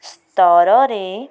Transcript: ସ୍ତରରେ